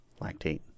lactate